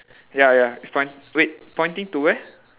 ya ya it's poin~ wait pointing to where